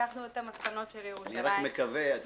לקחנו את המסקנות של ירושלים --- מעולה,